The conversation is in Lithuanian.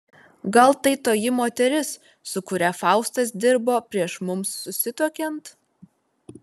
gal tai toji moteris su kuria faustas dirbo prieš mums susituokiant